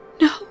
No